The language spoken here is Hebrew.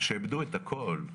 שאיבדו את הכול,